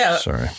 Sorry